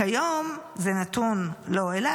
כיום זה נתון לא לו,